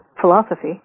philosophy